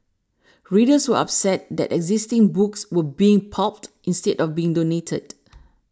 readers were upset that existing books were being pulped instead of being donated